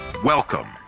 Welcome